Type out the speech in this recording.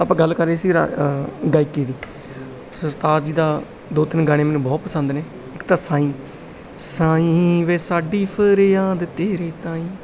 ਆਪਾਂ ਗੱਲ ਕਰ ਰਹੇ ਸੀ ਰਾ ਗਾਇਕੀ ਦੀ ਸਰਤਾਜ ਜੀ ਦਾ ਦੋ ਤਿੰਨ ਗਾਣੇ ਮੈਨੂੰ ਬਹੁਤ ਪਸੰਦ ਨੇ ਇੱਕ ਤਾਂ ਸਾਈਂ